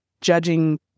judging